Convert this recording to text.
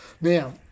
Now